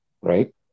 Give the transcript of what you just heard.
right